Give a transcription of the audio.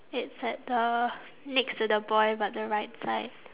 it's at the next to the boy but the right side